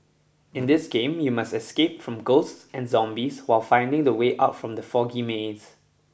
in this game you must escape from ghosts and zombies while finding the way out from the foggy maze